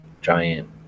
giant